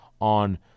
on